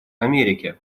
америки